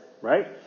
right